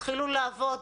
תתחילו לעבוד,